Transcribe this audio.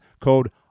code